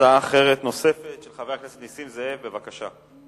הצעה אחרת של חבר הכנסת נסים זאב, בבקשה.